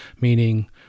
meaning